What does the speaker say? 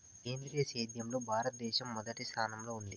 సేంద్రీయ సేద్యంలో భారతదేశం మొదటి స్థానంలో ఉంది